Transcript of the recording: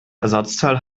ersatzteil